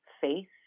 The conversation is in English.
faith